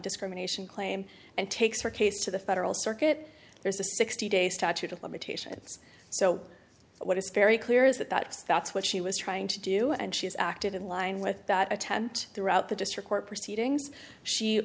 discrimination claim and takes her case to the federal circuit there's a sixty day statute of limitations so what is very clear is that that that's what she was trying to do and she's acted in line with a tent throughout the district court proceedings she